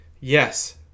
yes